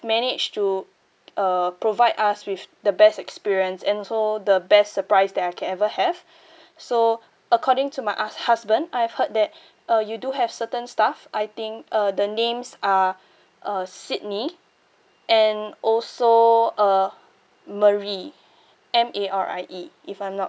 managed to uh provide us with the best experience and also the best surprise that I can ever have so according to my hus~ husband I've heard that uh you do have certain staff I think uh the names are uh sidney and also uh marie M A R I E if I'm not